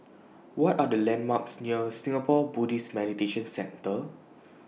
What Are The landmarks near Singapore Buddhist Meditation Centre